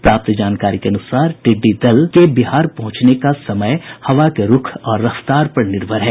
प्राप्त जानकारी के अनुसार टिड्डी दल के बिहार पहुंचने का समय हवा के रूख और रफ्तार पर निर्भर है